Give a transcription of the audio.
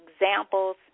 examples